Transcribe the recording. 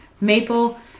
Maple